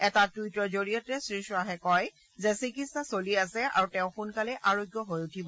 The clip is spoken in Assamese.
এটা টুইটৰ জৰিয়তে শ্ৰীখাহে কয় যে চিকিৎসা চলি আছে আৰু তেওঁ সোনকালেই আৰোগ্য হৈ উঠিব